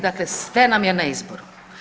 Dakle, sve nam je na izboru.